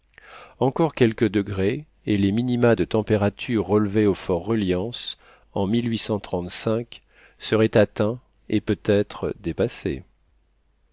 encore quelques degrés et les minima de température relevés au fort reliance en seraient atteints et peut-être dépassés